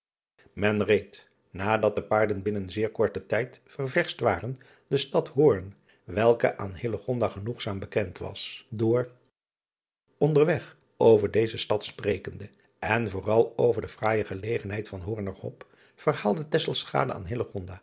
en reed nadat de paarden binnen zeer korten tijd ververscht waren de stad oorn welke aan genoegzaam bekend was door nderweg over deze stad sprekende en vooral over de fraaije gelegenheid van het oorner op verhaalde aan